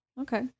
Okay